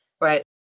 right